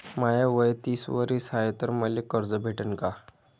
माय वय तीस वरीस हाय तर मले कर्ज भेटन का?